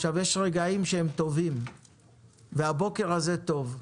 יש רגעים שהם טובים והבוקר הזה טוב,